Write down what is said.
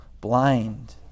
blind